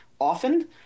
often